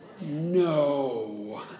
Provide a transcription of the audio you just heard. No